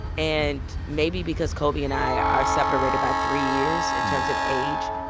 and maybe because kobe and i are separated by three years in terms of age,